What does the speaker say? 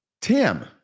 Tim